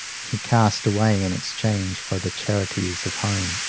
he cast away in exchange for the charities of home.